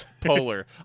Polar